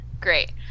great